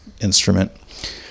instrument